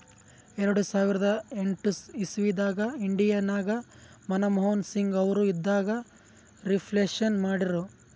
ಎರಡು ಸಾವಿರದ ಎಂಟ್ ಇಸವಿದಾಗ್ ಇಂಡಿಯಾ ನಾಗ್ ಮನಮೋಹನ್ ಸಿಂಗ್ ಅವರು ಇದ್ದಾಗ ರಿಫ್ಲೇಷನ್ ಮಾಡಿರು